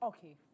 Okay